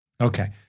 Okay